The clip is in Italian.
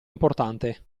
importante